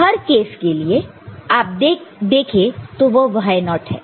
हर case में आप देखे तो वह y0 है